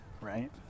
Right